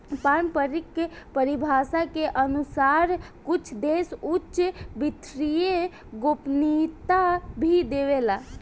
पारम्परिक परिभाषा के अनुसार कुछ देश उच्च वित्तीय गोपनीयता भी देवेला